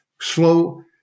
slow